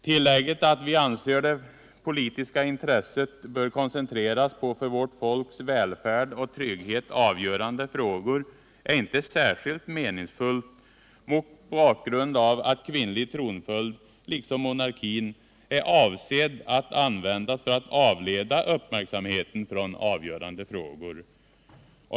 Tillägget att ”vi anser att det politiska intresset bör koncentreras på för vårt folks välfärd och trygghet avgörande frågor” är inte särskilt meningsfullt mot bakgrund av att kvinnlig tronföljd liksom monarkin är avsedd att användas för att avleda uppmärksamheten från avgörande frågor.